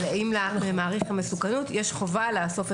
אבל האם למעריך המסוכנות יש חובה לאסוף את המידע?